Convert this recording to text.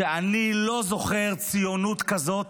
אני לא זוכר ציונות כזאת,